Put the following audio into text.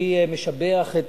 אני משבח את